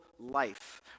Life